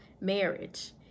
marriage